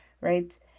right